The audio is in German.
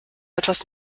etwas